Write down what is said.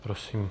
Prosím.